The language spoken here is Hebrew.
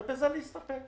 ובזה להסתפק.